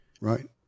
right